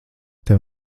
tev